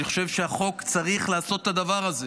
אני חושב שהחוק צריך לעשות את הדבר הזה,